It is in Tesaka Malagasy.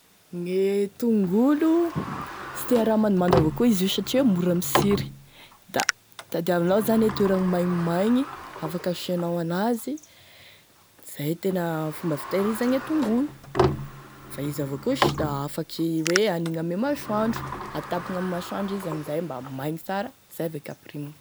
Gne tongolo sy tia raha mandomando avao koa izy io satria mora mitsiry, da tadiavinao zany e toeragny maignimaigny, afaky asianao an'azy zay tena fomba fitehirizagny gne tongolo fa izy avao koa sh da afaky hoe anigny ame amsooandro atapagny ame masoandro amin'izay mba maigny sara izay vao ampirimigny.